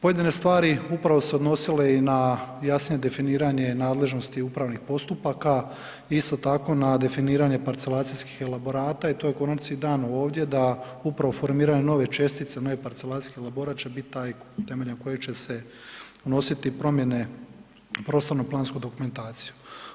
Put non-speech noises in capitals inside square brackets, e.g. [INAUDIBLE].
Pojedine stvari upravo su se odnosile i na jasnije definiranje nadležnosti upravnih postupaka, isto tako na definiranje parcelacijskih elaborata i to je ... [UNINTELLIGIBLE] dano ovdje da upravo formiranje nove čestice u jedan parcelacijski elaborat će bit taj temeljem kojeg će se unositi promjene u prostorno-plansku dokumentaciju.